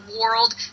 world